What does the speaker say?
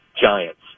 Giants